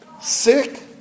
sick